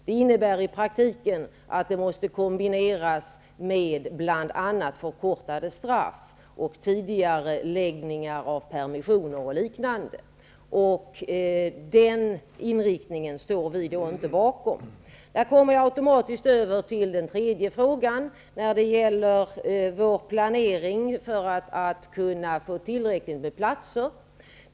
Det innebär i praktiken att den måste kombineras med bl.a. förkortade straff och tidigareläggningar av permissioner och liknande. Den inriktningen står vi inte bakom. Här kommer jag automatiskt över till den tredje frågan som ställdes och som gäller regeringens planering för att vi skall kunna få tillräckligt med platser.